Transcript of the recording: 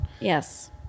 Yes